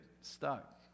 stuck